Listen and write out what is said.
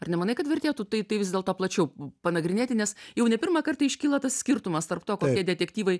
ar nemanai kad vertėtų tai tai vis dėlto plačiau panagrinėti nes jau ne pirmą kartą iškyla tas skirtumas tarp to detektyvai